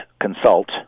consult